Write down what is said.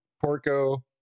Porco